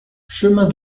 chemin